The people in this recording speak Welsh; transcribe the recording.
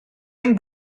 ein